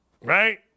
right